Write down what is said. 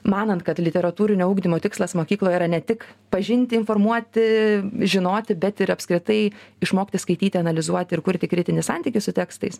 manant kad literatūrinio ugdymo tikslas mokykloj yra ne tik pažinti informuoti žinoti bet ir apskritai išmokti skaityti analizuoti ir kurti kritinį santykį su tekstais